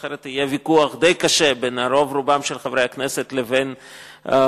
אחרת יהיה ויכוח די קשה בין רוב רובם של חברי הכנסת לבין ות"ת,